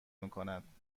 میکند